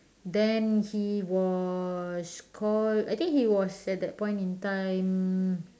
then he was called I think he was at that point in time